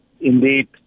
Indeed